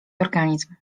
organizm